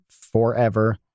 forever